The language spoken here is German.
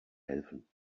helfen